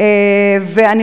אין איזו הגבלה של הזמן?